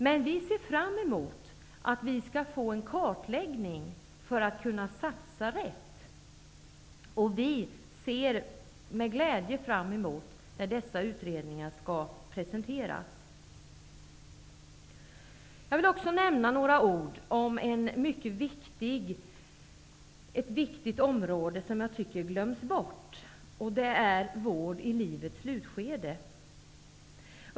Men vi ser fram mot att få en kartläggning för att kunna satsa rätt. Vi ser med glädje fram mot den dag då dessa utredningar skall presenteras. Jag vill också nämna några ord om ett mycket viktigt område, som jag tycker glöms bort. Det handlar om vård i livets slutskede.